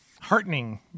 heartening